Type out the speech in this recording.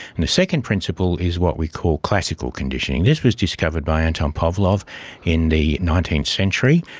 and the second principle is what we call classical conditioning. this was discovered by anton pavlov in the nineteenth century.